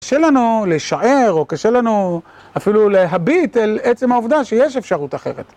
קשה לנו לשער, או קשה לנו אפילו להביט אל עצם העובדה שיש אפשרות אחרת.